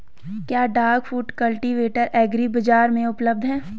क्या duck foot cultivator agri बाज़ार में उपलब्ध है?